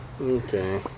Okay